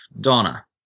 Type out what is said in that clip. Donna